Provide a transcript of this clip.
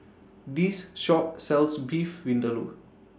This Shop sells Beef Vindaloo